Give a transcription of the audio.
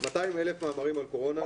200,000 מאמרים על הקורונה.